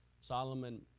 Solomon